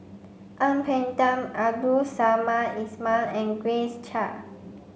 Ang Peng Tiam Abdul Samad Ismail and Grace Chia